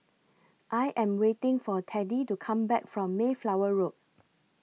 I Am waiting For Teddie to Come Back from Mayflower Road